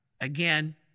Again